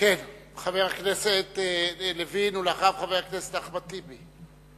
חבר הכנסת לוין, ואחריו, אחמד טיבי.